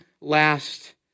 last